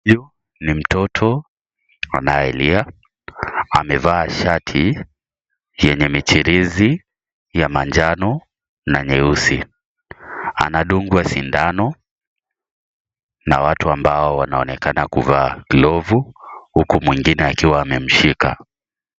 Huyu ni mtoto anayelia amevaa shati yenye michirizi ya manjano na nyeusi. Anadungwa sindano na watu ambao wanaonekana kuvaa glovu, huku mwingine akiwa amemshika.